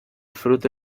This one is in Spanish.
fruto